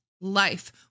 life